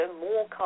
more